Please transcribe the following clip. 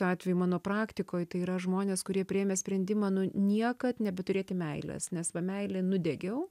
atvejų mano praktikoj tai yra žmonės kurie priėmė sprendimą nu niekad nebeturėti meilės nes va meilė nudegiau